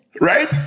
Right